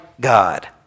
God